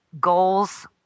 goals